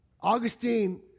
Augustine